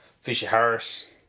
Fisher-Harris